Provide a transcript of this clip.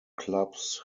clubs